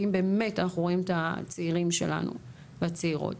ואם באמת אנחנו רואים את הצעירים שלנו ואת הצעירות,